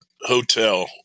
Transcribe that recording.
hotel